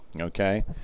okay